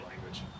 language